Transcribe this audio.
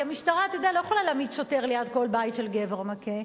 כי המשטרה לא יכולה להעמיד שוטר ליד כל בית של גבר מכה,